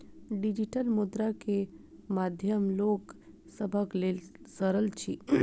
digital मुद्रा के माध्यम लोक सभक लेल सरल अछि